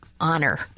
honor